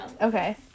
okay